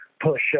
push